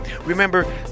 remember